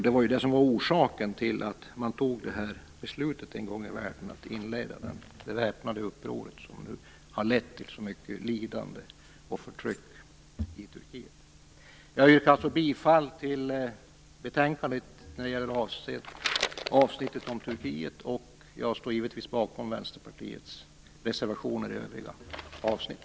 Det var detta som var orsaken till att man en gång i världen fattade beslutet att inleda det väpnade uppror som nu har lett till så mycket lidande och förtryck i Turkiet. Jag yrkar bifall till utskottets hemställan i betänkandet när det gäller avsnittet om Turkiet, och jag står givetvis bakom Vänsterpartiets reservationer i övriga avsnitt.